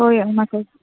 ᱦᱳᱭ ᱚᱱᱟ ᱠᱚᱜᱮ